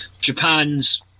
Japan's